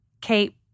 Kate